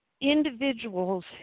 individuals